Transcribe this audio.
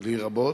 לי רבות,